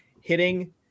hitting